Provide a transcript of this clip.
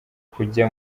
kujya